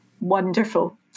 Wonderful